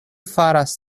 faras